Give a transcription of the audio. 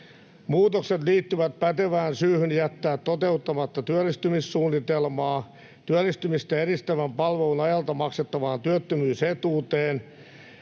Muutokset liittyvät pätevään syyhyn jättää toteuttamatta työllistymissuunnitelmaa, työllistymistä edistävän palvelun ajalta maksettavaan työttömyysetuuteen,